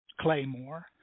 Claymore